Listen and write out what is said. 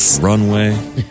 runway